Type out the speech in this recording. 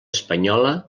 espanyola